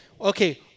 okay